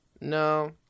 No